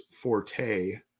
forte